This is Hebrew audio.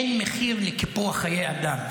אין מחיר לקיפוח חיי אדם.